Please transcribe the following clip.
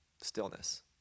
stillness